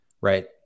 right